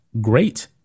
great